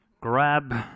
grab